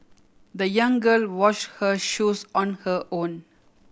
the young girl wash her shoes on her own